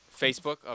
Facebook